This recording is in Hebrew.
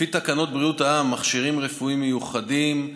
לפי תקנות בריאות העם (מכשירים רפואיים מיוחדים),